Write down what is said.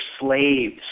slaves